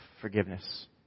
forgiveness